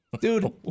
Dude